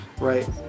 Right